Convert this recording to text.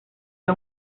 era